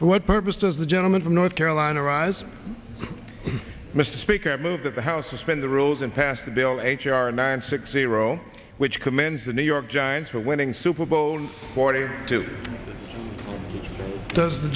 for what purpose does the gentleman from north carolina arise mr speaker move that the house suspend the rules and pass the bill h r ninety six zero which commands the new york giants for winning super bowl forty two as the